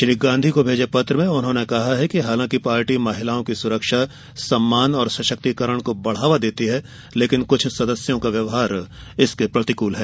श्री गांधी को भेजे पत्र में उन्होंने कहा कि हालांकि पार्टी महिलाओं की सुरक्षा सम्मान और सशक्तिकरण को बढ़ावा देने की बात करती है लेकिन कुछ सदस्यों का व्यवहार इसके प्रतिकूल है